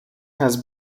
has